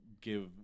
give